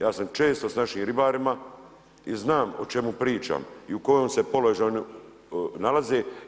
Ja sam često s našim ribarima i znam o čemu pričam i u kojem se položaju nalaze.